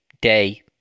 day